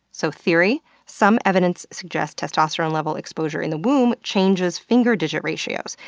so theory some evidence suggests testosterone level exposure in the womb changes finger-digit ratios.